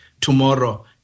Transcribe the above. tomorrow